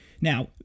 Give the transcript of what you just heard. Now